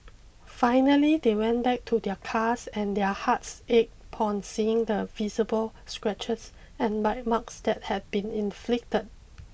finally they went back to their cars and their hearts ached upon seeing the visible scratches and bite marks that had been inflicted